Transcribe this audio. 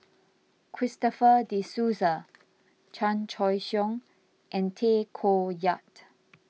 Christopher De Souza Chan Choy Siong and Tay Koh Yat